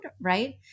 right